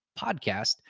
podcast